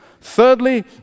Thirdly